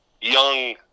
young